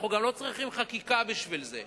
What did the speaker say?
אנחנו גם לא צריכים חקיקה בשביל זה,